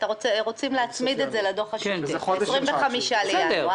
רוצים להצמיד את זה לדוח השוטף - 25 לינואר.